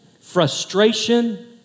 frustration